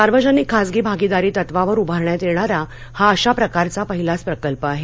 सार्वजनिक खासगी भागीदारी तत्वावर उभारण्यात येणारा हा अशा प्रकारचा पहिलाच प्रकल्प आहे